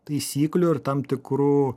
taisyklių ir tam tikrų